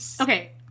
Okay